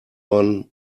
one